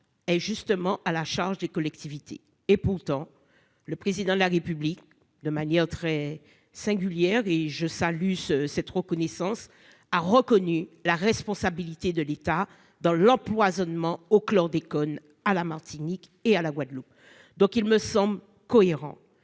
et justement à la charge des collectivités et pourtant le président de la République de manière très singulière et je salue cette reconnaissance a reconnu la responsabilité de l'État dans l'empoisonnement au chlordécone à la Martinique et à la Guadeloupe, donc il me semble cohérent,